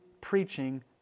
preaching